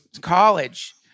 college